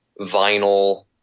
vinyl